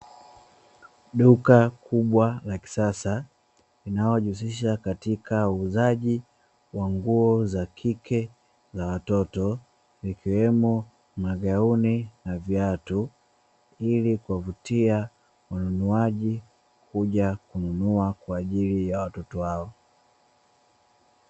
Duka kubwa la kisasa linalojihusisha katika uuzaji wa nguo za kike za watoto, vikiwemo magauni na viatu ili kuwavutia wanunuaji kuja kununua kwa ajili ya watoto wao.